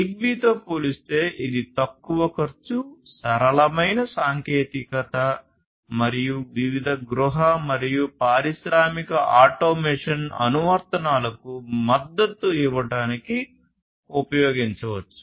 జిగ్బీతో పోలిస్తే ఇది తక్కువ ఖర్చు సరళమైన సాంకేతికత మరియు వివిధ గృహ మరియు పారిశ్రామిక ఆటోమేషన్ అనువర్తనాలకు మద్దతు ఇవ్వడానికి ఉపయోగించవచ్చు